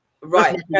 right